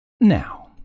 now